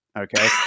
Okay